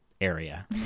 area